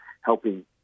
helping